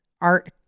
art